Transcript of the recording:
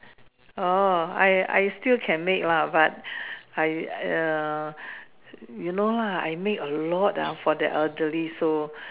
oh I I still can make lah but I err you know lah I make a lot ah for the elderly so